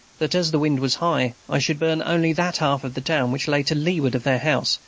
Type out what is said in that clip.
that, as the wind was high, i should burn only that half of the town which lay to leeward of their house,